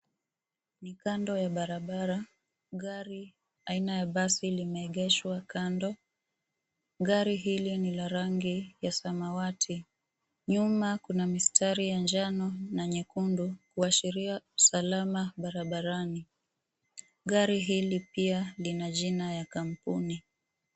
Ni kando ya barabara gari aina ya basi limeegeshwa kando, gari hili ni la rangi ya samawati nyuma kuna mistari ya njano na nyekundu kuashiria usalama barabarani, Gari hili pia lina jina ya kampuni.